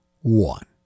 one